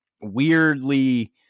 weirdly